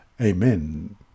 amen